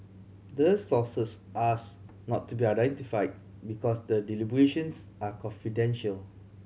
the sources ask not to be identify because the deliberations are confidential